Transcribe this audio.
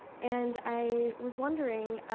and i was wondering,